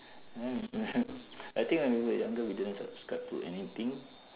I think when we were younger we didn't subscribe to anything